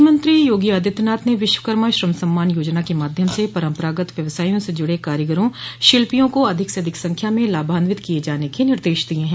मुख्यमंत्री योगी आदित्यनाथ ने विश्वकर्मा श्रम सम्मान योजना के माध्यम से परम्परागत व्यवसायों से जूड़े कारीगरों शिल्पियों को अधिक से अधिक संख्या में लाभान्वित किये जाने के निर्देश दिय हैं